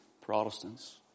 Protestants